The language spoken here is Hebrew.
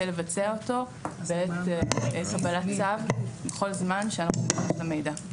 לבצע בעת קבלת צו בכל זמן שאנחנו צריכים את המידע.